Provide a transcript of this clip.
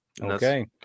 Okay